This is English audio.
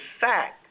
fact